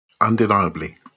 Undeniably